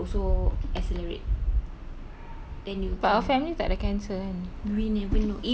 your a high chance if you have cancer cells right the cancer cells will also accelerate